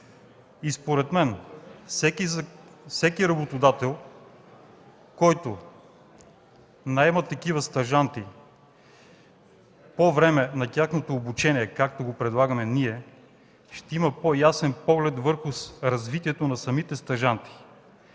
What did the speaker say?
Според мен всеки работодател, който наема такива стажанти по време на тяхното обучение, както го предлагаме ние, ще има по-ясен поглед върху развитието на самите стажанти.